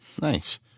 Nice